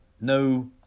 no